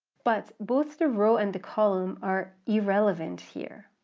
but both the row and the column are irrelevant here,